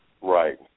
Right